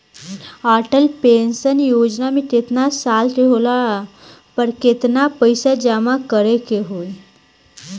Atal pension योजना मे केतना साल के होला पर केतना पईसा जमा करे के होई?